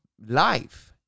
life